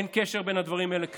אין קשר בין הדברים האלה כלל.